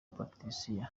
patricia